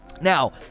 now